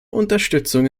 unterstützung